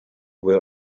were